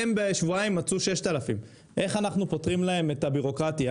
הם בשבועיים מצאו 6,000. איך אנחנו פותרים להם את הביורוקרטיה